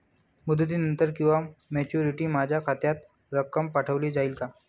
मुदतीनंतर किंवा मॅच्युरिटी माझ्या खात्यात रक्कम पाठवली जाईल का?